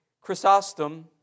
Chrysostom